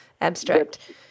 abstract